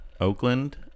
Oakland